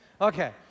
Okay